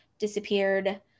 disappeared